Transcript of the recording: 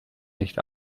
nicht